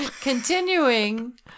Continuing